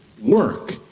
Work